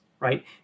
right